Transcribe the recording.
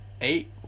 eight